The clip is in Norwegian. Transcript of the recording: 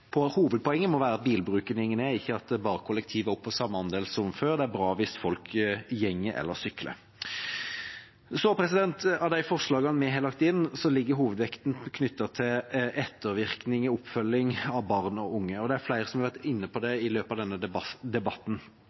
er bra hvis folk går eller sykler. Av de forslagene vi har lagt inn, ligger hovedvekten knyttet til ettervirkning og oppfølging av barn og unge. Det er flere som har vært inne på det i løpet av denne debatten.